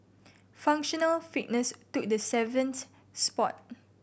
functional fitness took the seventh spot